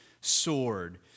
sword